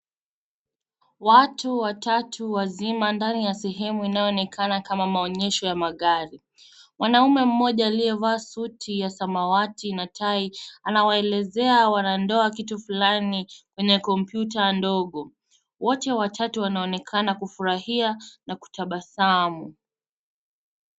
Watu watatu wazima ndani ya sehemu inayoonekana kama maonyesho ya magari. Mwanaume mmoja aliyevaa suti ya samawati na tai anawaelezea wanandoa kitu fulani kwenye kompyuta ndogo. Wote watatu wanaonekana kufurahia na kutabasamu.